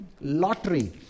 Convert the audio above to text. lottery